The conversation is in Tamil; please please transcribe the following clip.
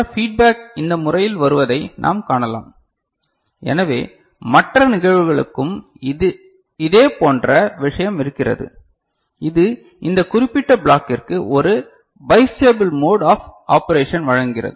ஃபீட்பேக் இந்த முறையில் வருவதை நாம் காணலாம் எனவே மற்ற நிகழ்வுகளுக்கும் இதேபோன்ற விஷயம் இருக்கும் இது இந்த குறிப்பிட்ட பிளாக்கிற்கு ஒரு பைஸ்டேபிள் மோட் ஆஃப் ஆப்பரேஷன் வழங்குகிறது